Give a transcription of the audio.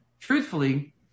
truthfully